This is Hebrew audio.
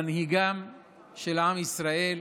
מנהיגו של עם ישראל,